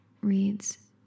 reads